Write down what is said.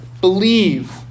believe